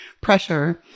pressure